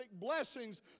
blessings